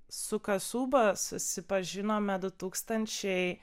su kasuba susipažinome du tūkstančiai